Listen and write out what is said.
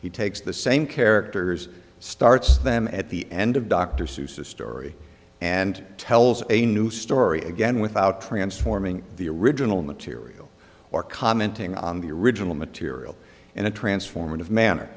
he takes the same characters starts them at the end of dr seuss's story and tells a new story again without transforming the original material or commenting on the original material in a transformative manner